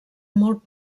molt